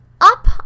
Up